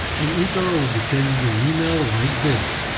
and etoro will be sending you email like this.